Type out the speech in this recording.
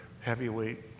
heavyweight